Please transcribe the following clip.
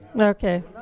Okay